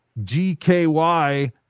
GKY